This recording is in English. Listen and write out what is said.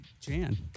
Jan